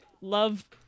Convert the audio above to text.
love